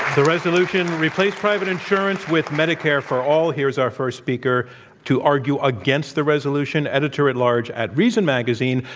the resolution, replace private insurance with medicare for all. here's our first speaker to argue against the resolution editor-at-large at reason magazine,